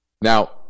Now